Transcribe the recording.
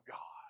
God